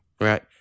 Right